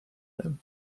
them